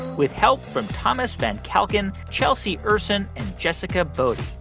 with help from thomas van kalken, chelsea ursin and jessica boddy.